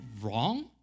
wrong